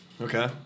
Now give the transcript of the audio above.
Okay